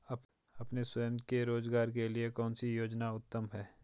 अपने स्वयं के रोज़गार के लिए कौनसी योजना उत्तम है?